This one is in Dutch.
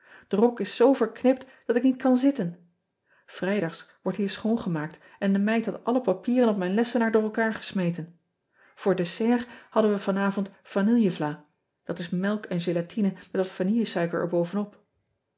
e rok is zoo verknipt dat ik niet kan zitten rijdags wordt hier schoongemaakt en de meid had alle papieren op mijn lessenaar door elkaar gesmeten oor dessert hadden we vanavond vanillevla dat is melk en gelatine met wat vanillesuiker er